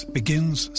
begins